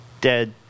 dead